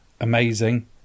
amazing